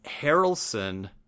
Harrelson